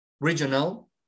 regional